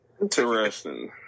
Interesting